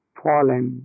fallen